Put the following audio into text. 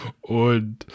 Und